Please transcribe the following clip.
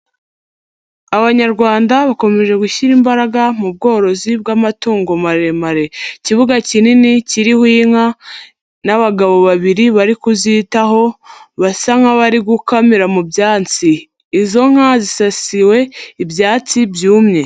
Abanyarwanda bakomeje gushyira imbaraga mu bworozi bw'amatungo maremare, ikibuga kinini kiriho inka n'abagabo babiri bari kuzitaho basa nk'abari gukamira mu byatsi, izo nka zisasiwe ibyatsi byumye.